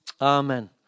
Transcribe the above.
Amen